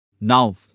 Now